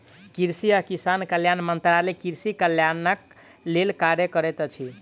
कृषि आ किसान कल्याण मंत्रालय कृषि कल्याणक लेल कार्य करैत अछि